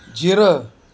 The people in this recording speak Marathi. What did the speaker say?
जिरं